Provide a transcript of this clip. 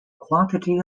quantity